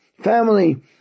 family